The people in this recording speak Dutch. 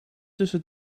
tussen